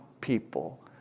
people